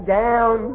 down